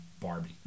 Barbie